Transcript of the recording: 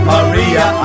Maria